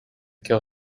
kill